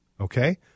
okay